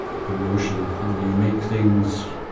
ah notion of how you make things,